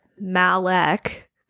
Malek